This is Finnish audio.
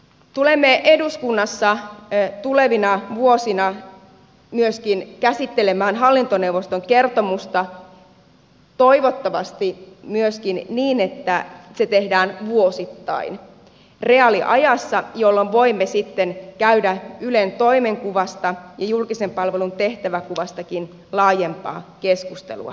tulemme eduskunnassa tulevina vuosina myöskin käsittelemään hallintoneuvoston kertomusta toivottavasti myöskin niin että se tehdään vuosittain reaaliajassa jolloin voimme sitten käydä ylen toimenkuvasta ja julkisen palvelun tehtävänkuvastakin laajempaa keskustelua